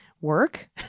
work